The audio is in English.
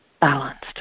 balanced